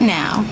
now